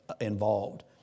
involved